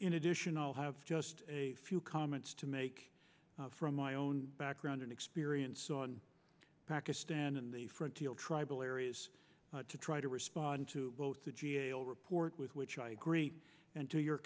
in additional have just a few comments to make from my own background and experience on pakistan and the front field tribal areas to try to respond to the g a o report with which i agree and to your